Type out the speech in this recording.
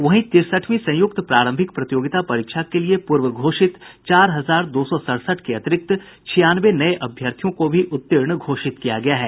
वहीं तिरसठवीं संयुक्त प्रारंभिक प्रतियोगिता परीक्षा के लिये पूर्व घोषित चार हजार दो सड़सठ के अतिरिक्त छियानवे नये अभ्यर्थियों को भी उत्तीर्ण घोषित किया गया है